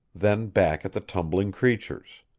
then back at the tumbling creatures.